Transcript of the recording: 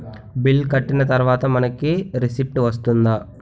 Bill కట్టిన తర్వాత మనకి రిసీప్ట్ వస్తుందా?